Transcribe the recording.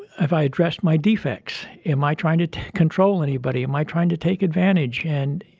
have i addressed my defects? am i trying to control anybody? am i trying to take advantage? and,